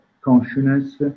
consciousness